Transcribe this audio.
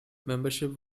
membership